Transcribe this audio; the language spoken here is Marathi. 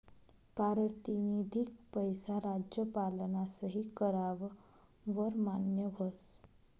पारतिनिधिक पैसा राज्यपालना सही कराव वर मान्य व्हस